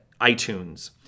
itunes